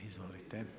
Izvolite.